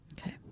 Okay